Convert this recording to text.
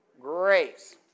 Grace